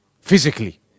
physically